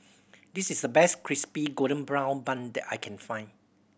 this is the best Crispy Golden Brown Bun that I can find